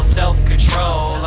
self-control